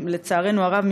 לצערנו הרב,